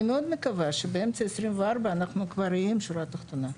אני מקווה מאוד שבאמצע 2024 אנחנו כבר נראה את השורה תחתונה.